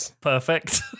Perfect